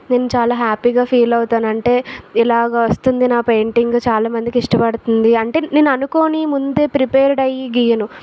నేను చాలా హ్యాపీగా ఫీల్ అవుతాను అంటే ఇలాగా వస్తుంది నా పెయింటింగ్ చాలా మందికి ఇష్టపడుతుంది అంటే నేను అనుకోని ముందే ప్రిపేర్డ్ అయ్యి గీయను